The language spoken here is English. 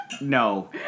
No